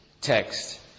text